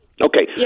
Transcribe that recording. Okay